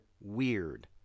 weird